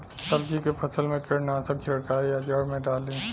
सब्जी के फसल मे कीटनाशक छिड़काई या जड़ मे डाली?